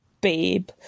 babe